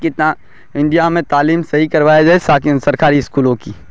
کتنا انڈیا میں تعلیم صحیح کروایا جائے ساک ان سرکاری اسکولوں کی